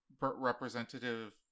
representative